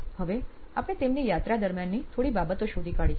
હવે આપણે તેમની યાત્રા દરમિયાનની થોડી બાબતો શોધી કાઢી છે